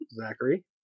Zachary